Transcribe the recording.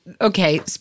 Okay